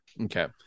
Okay